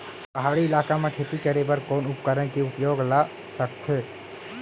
पहाड़ी इलाका म खेती करें बर कोन उपकरण के उपयोग ल सकथे?